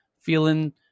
feeling